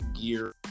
gear